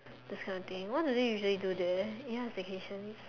those kind of thing what do they usually do there ya staycation